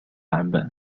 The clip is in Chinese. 版本